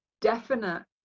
definite